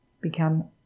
become